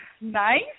nice